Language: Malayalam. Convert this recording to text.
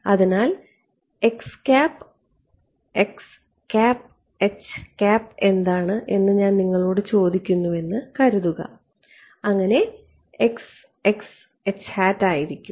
അതിനാൽ എന്താണ് എന്ന് ഞാൻ നിങ്ങളോട് ചോദിക്കുന്നുവെന്ന് കരുതുക അങ്ങനെ ആയിരിക്കും